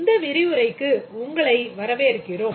இந்த விரிவுரைக்கு உங்களை வரவேற்கிறோம்